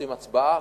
עושים הצבעה,